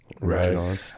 right